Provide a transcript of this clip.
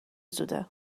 زوده